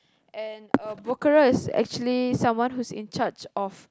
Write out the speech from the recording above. and broker is actually someone who is in charge of